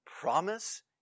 promise